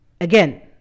again